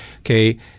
okay